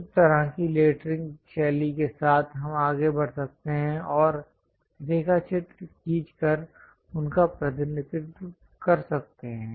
उस तरह की लेटरिंग शैली के साथ हम आगे बढ़ सकते हैं और रेखाचित्र खींचकर उनका प्रतिनिधित्व कर सकते हैं